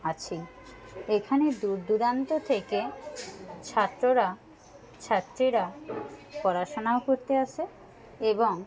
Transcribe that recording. আছে এখানে দূর দূরান্ত থেকে ছাত্ররা ছাত্রীরা পড়াশোনাও করতে আসে এবং